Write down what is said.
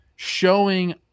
showing